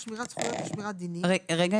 רגע,